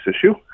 issue